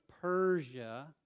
Persia